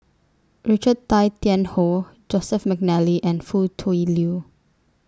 Richard Tay Tian Hoe Joseph Mcnally and Foo Tui Liew